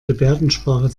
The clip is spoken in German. gebärdensprache